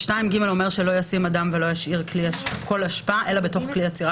נאמר בו: "לא ישים אדם ולא ישאיר כל אשפה אלא בתוך כלי אצירה